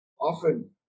Often